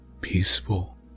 peaceful